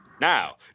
Now